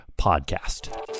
podcast